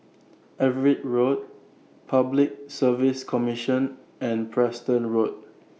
Everitt Road Public Service Commission and Preston Road